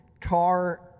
Tar